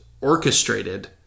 orchestrated